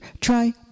try